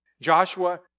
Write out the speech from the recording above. Joshua